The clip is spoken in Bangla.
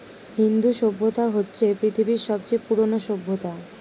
হিন্দু সভ্যতা হচ্ছে পৃথিবীর সবচেয়ে পুরোনো সভ্যতা